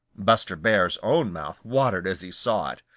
buster bear's own mouth watered as he saw it.